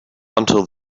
until